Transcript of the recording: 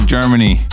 Germany